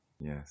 Yes